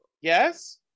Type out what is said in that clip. Yes